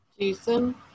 Jason